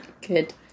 good